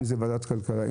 אם זה ועדת הכלכלה,